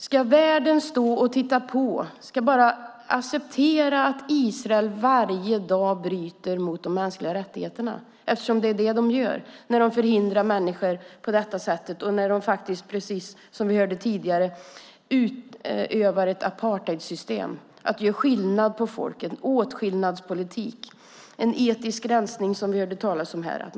Ska världen stå och titta på och bara acceptera att Israel varje dag bryter mot de mänskliga rättigheterna eftersom det är det man gör när man förhindrar människor på detta sätt och när man, precis som vi hörde tidigare, utövar ett apartheidsystem och gör skillnad på folk? Det är en åtskillnadspolitik. Som vi hörde talas om här tidigare är det fråga om en etnisk rensning.